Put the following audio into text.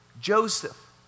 Joseph